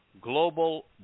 global